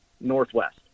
northwest